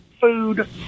food